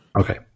Okay